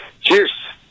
Cheers